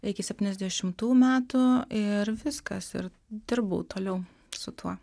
iki septyniasdešimtų metų ir viskas ir dirbau toliau su tuo